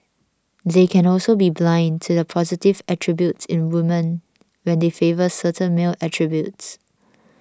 they can also be blind to the positive attributes in women when they favour certain male attributes